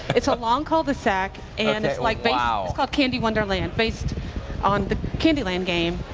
it's a long cul-de-sac and like wow. called candy wonderland based on the candyland game.